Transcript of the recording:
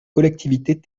collectivités